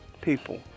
people